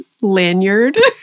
lanyard